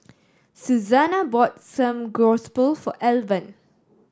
Suzanna bought Samgeyopsal for Alvan